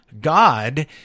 God